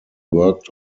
worked